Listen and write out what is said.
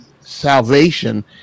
salvation